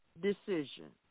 decision